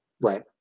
Right